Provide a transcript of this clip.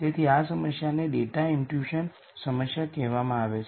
તેથી આ સમસ્યાને ડેટા ઇમ્પ્ટ્યુશન સમસ્યા કહેવામાં આવે છે